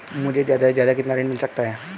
मुझे ज्यादा से ज्यादा कितना ऋण मिल सकता है?